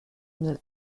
nel